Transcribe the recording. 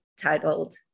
titled